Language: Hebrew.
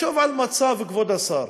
תחשוב על מצב, כבוד השר,